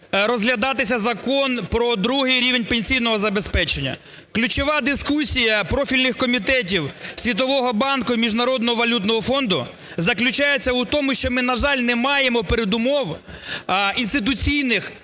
розглядатися Закон про другий рівень пенсійного забезпечення. Ключова дискусія профільних комітетів, Світового банку, Міжнародного валютного фонду заключається у тому, що ми, на жаль, не маємо передумов інституційних,